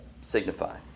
signify